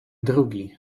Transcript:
drugi